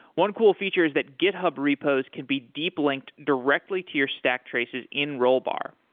one cool feature is that github repos could be deep linked directly to your stack traces in rollbar.